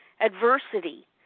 adversity